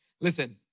Listen